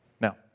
Now